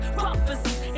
prophecies